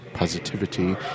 positivity